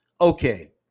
Okay